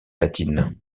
latine